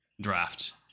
draft